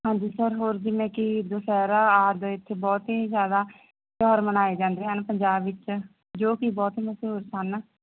ਹਾਂਜੀ ਸਰ ਹੋਰ ਜਿਵੇਂ ਕਿ ਦੁਸ਼ਹਿਰਾ ਆਦਿ ਇਥੇ ਬਹੁਤ ਹੀ ਜਿਆਦਾ ਤਿਉਹਾਰ ਮਨਾਏ ਜਾਂਦੇ ਹਨ ਪੰਜਾਬ ਵਿੱਚ ਜੋ ਕਿ ਬਹੁਤ ਮਸ਼ਹੂਰ ਸਨ